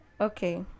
okay